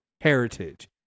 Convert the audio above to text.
heritage